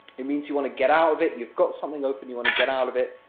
it means you want to get out of it. you've got something open, you want to get out of it,